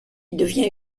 devient